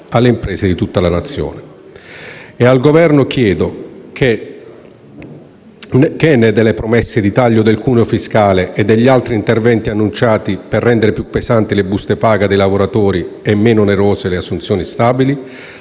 alle imprese di tutta la Nazione. Al Governo chiedo: che ne è delle promesse di taglio del cuneo fiscale e degli altri interventi annunciati per rendere più pesanti le buste paga dei lavoratori e meno onerose le assunzioni stabili?